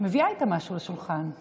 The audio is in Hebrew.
מביאה איתה משהו על השולחן.